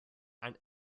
and